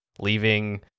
leaving